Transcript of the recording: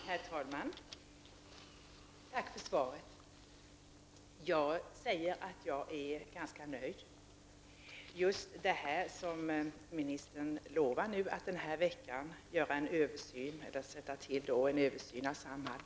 Herr talman! Tack för svaret! Jag måste säga att jag är ganska nöjd med svaret. Ministern meddelar att det denna vecka skall tillsättas en översyn när det gäller Samhalls verksamhet.